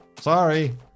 sorry